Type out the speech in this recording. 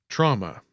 Trauma